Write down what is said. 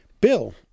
Bill